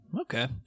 Okay